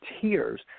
tears